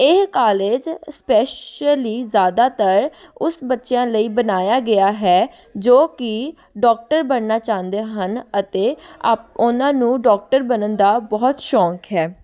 ਇਹ college special ਈ ਜ਼ਿਆਦਾਤਰ ਉਸ ਬੱਚਿਆਂ ਲਈ ਬਣਾਇਆ ਗਿਆ ਹੈ ਜੋ ਕਿ ਡਾਕਟਰ ਬਣਨਾ ਚਾਹੁੰਦੇ ਹਨ ਅਤੇ ਅਪ ਉਹਨਾਂ ਨੂੰ ਡਾਕਟਰ ਬਣਨ ਦਾ ਬਹੁਤ ਸ਼ੌਂਕ ਹੈ